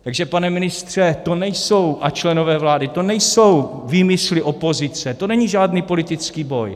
Takže pane ministře a členové vlády, to nejsou výmysly opozice, to není žádný politický boj.